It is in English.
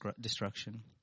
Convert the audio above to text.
destruction